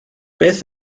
beth